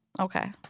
Okay